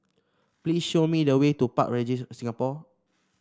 please show me the way to Park Regis Singapore